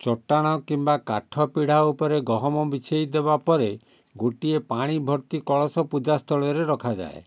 ଚଟାଣ କିମ୍ବା କାଠ ପିଢ଼ା ଉପରେ ଗହମ ବିଛେଇ ଦେବା ପରେ ଗୋଟିଏ ପାଣି ଭର୍ତ୍ତି କଳସ ପୂଜା ସ୍ଥଳରେ ରଖାଯାଏ